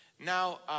Now